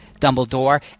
Dumbledore